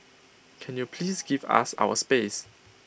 can you please give us our space